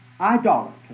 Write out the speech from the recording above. idolatry